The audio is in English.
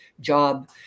job